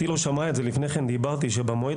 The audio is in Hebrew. במועד